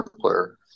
player